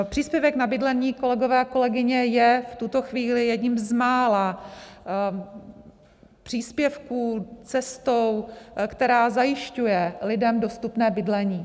Příspěvek na bydlení, kolegové a kolegyně, je v tuto chvíli jedním z mála příspěvků, cestou, která zajišťuje lidem dostupné bydlení.